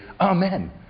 Amen